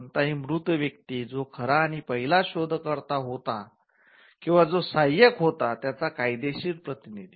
कोणताही मृत व्यक्ती जो खरा आणि पहिला शोधकर्ता होता किंवा जो सहाय्यक होता त्याचा कायदेशीर प्रतिनिधी